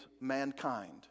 mankind